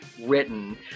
written